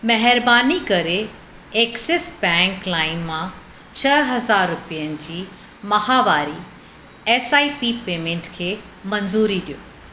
महिरबानी करे Axis Bank लाइम मां छह हज़ार रुपयनि जी माहवारी एसआईपी पेमेंट खे मंज़ूरी ॾियो